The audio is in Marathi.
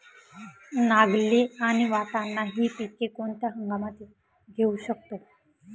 नागली आणि वाटाणा हि पिके कोणत्या हंगामात घेऊ शकतो?